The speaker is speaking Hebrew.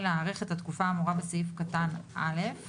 אתה יכול להעסיק בן אדם דרך תלוש שכר,